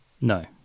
No